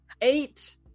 eight